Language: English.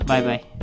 Bye-bye